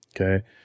Okay